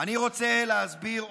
אני רוצה להסביר עוד,